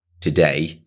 today